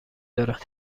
دارد